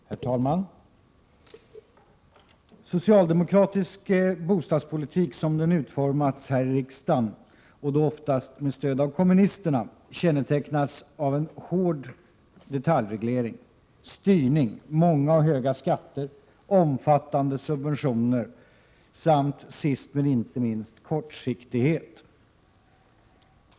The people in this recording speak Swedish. Herr talman! Socialdemokratisk bostadspolitik som den utformats här i riksdagen, och då oftast med stöd av kommunisterna, kännetecknas av hård detaljreglering, styrning, många och höga skatter, omfattande subventioner samt sist men inte minst — kortsiktighet.